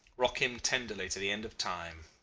rock him tenderly to the end of time!